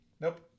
nope